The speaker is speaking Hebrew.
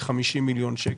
זה 50 מיליון שקלים,